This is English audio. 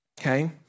Okay